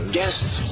guests